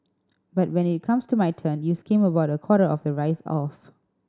but when it comes to my turn you skim about a quarter of the rice off